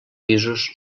pisos